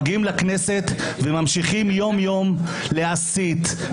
מגיעים לכנסת וממשיכים יום-יום להסית,